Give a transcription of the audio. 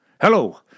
Hello